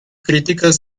críticas